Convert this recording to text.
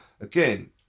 again